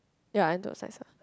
ya Antwerp's nicer